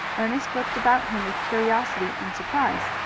ernest looked about him with curiosity and surprise.